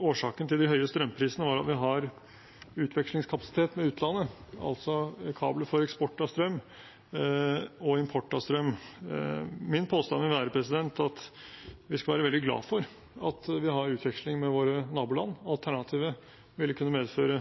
årsaken til de høye strømprisene er at vi har utvekslingskapasitet med utlandet, altså kabler for eksport og import av strøm. Min påstand vil være at vi skal være veldig glade for at vi har utveksling med våre naboland. Alternativet ville kunne medføre